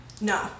no